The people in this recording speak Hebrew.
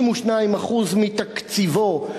62% מתקציבו,